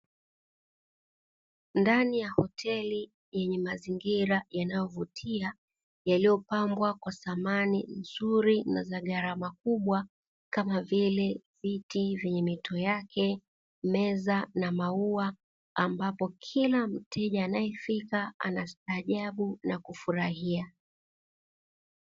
Ndani ya hoteli yenye mazingira yanayovutia yaliyopangwa kwa samani nzuri na za gharama kubwa kama vile viti vyenye mito yake, meza na mauwa, ambapo kila mteja anayefika anastaajabu na kufurahia.